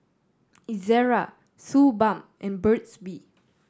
Ezerra Suu Balm and Burt's Bee